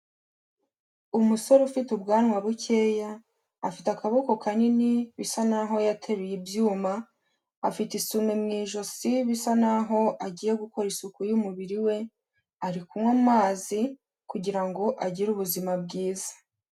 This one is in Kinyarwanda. Umusore ufite ubwanwa bukeya, afite akaboko kanini, bisa naho yateruye ibyuma, afite isume mu ijosi, bisa naho agiye gukora isuku y'umubiri we, ari kunywa amazi kugira ngo agire ubuzima bwiza.